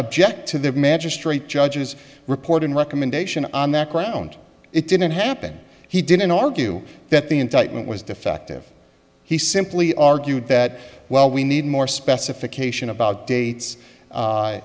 object to the magistrate judges reporting recommendation on that ground it didn't happen he didn't argue that the indictment was defective he simply argued that well we need more specification about dates